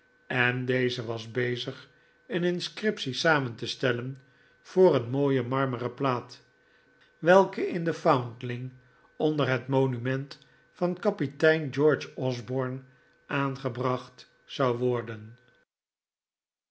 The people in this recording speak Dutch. en deze was bezig een inscriptie samen te stellen voor een mooie marmeren plaat welke in de foundling onder het monument van kapitein george osborne aangebracht zou worden